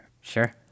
Sure